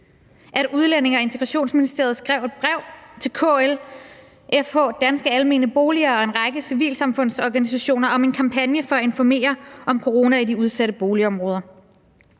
at Udlændinge- og Integrationsministeriet skrev et brev til KL, FH, Danske Almene Boliger og en række civilsamfundsorganisationer om en kampagne for at informere om corona i de udsatte boligområder.